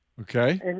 Okay